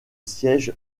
siège